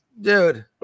Dude